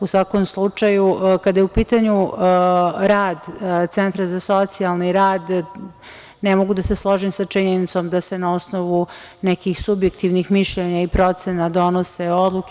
U svakom slučaju, kada je u pitanju rad Centra za socijalni rad ne mogu da se složim sa činjenicom da se na osnovu nekih subjektivnih mišljenja i procena donose odluke.